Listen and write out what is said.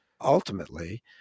ultimately